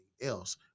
else